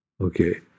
okay